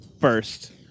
first